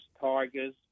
Tigers